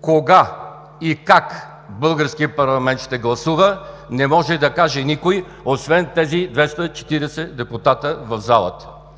Кога и как българският парламент ще гласува не може да каже никой освен тези 240 депутата в залата.